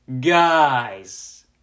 guys